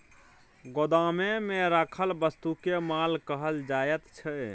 गोदाममे राखल वस्तुकेँ माल कहल जाइत छै